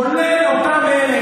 כולל אותם אלה,